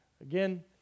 Again